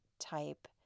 type